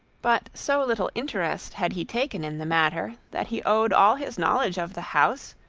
but so little interest had he taken in the matter, that he owed all his knowledge of the house,